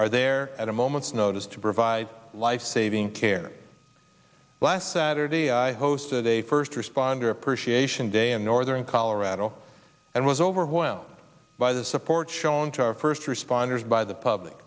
are there at a moment's notice to provide lifesaving care last saturday i hosted a first responder appreciation day in northern colorado and was overwhelmed by the support shown to our first responders by the public